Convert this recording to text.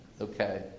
Okay